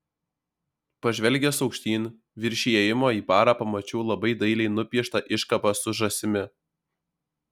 pažvelgęs aukštyn virš įėjimo į barą pamačiau labai dailiai nupieštą iškabą su žąsimi